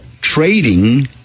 trading